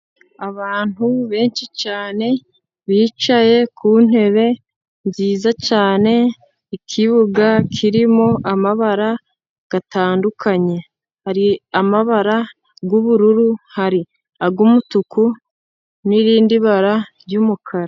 Abantu benshi cyane bicaye ku ntebe nziza cyane, ikibuga kirimo amabara atandukanye, hari amabara y'ubururu, hari ay'umutuku n'irindi bara ry'umukara.